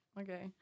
okay